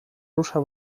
rusza